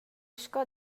sco